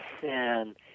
sin